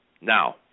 Now